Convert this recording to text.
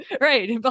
right